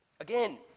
Again